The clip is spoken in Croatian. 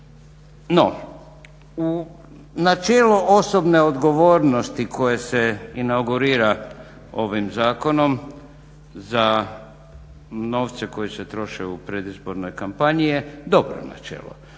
No, u načelo osobne odgovornosti koje se inaugurira ovim zakonom za novce koji se troše u predizbornoj kampanji je dobro načelo,